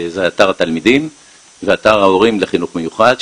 זה אתר התלמידים ואתר ההורים לחינוך מיוחד,